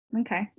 okay